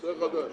--- נושא חדש.